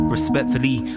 Respectfully